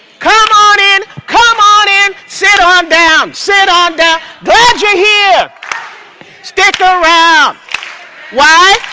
come on in come on in sit on down sit on down glad you're here stick around why?